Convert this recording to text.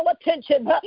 attention